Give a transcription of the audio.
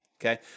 okay